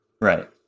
Right